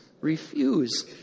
refuse